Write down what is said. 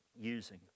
using